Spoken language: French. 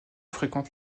fréquente